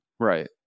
Right